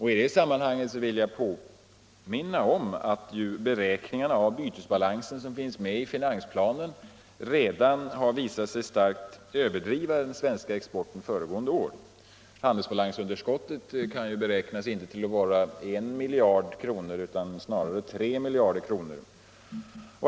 I det sammanhanget vill jag påminna om att de beräkningar av bytesbalansen som finns i finansplanen redan visat sig starkt överdriva den svenska exporten föregående år. Handelsbalansunderskottet beräknas nu inte till I miljard kr. utan snarare till 3 miljarder kr.